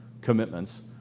commitments